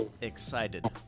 excited